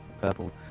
purple